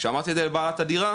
כשאמרתי את זה לבעלת הדירה